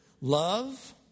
love